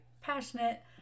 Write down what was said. passionate